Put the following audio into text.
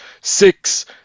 six